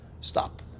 stop